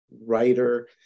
writer